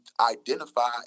identify